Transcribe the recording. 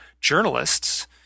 journalists